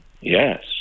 Yes